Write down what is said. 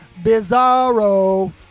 Bizarro